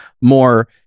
more